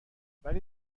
ولی